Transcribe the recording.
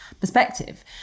perspective